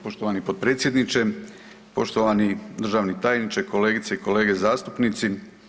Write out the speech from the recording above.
Poštovani potpredsjedniče, poštovani državni tajniče, kolegice i kolege zastupnici.